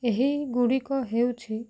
ଏହି ଗୁଡ଼ିକ ହେଉଛି